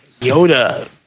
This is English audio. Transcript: Yoda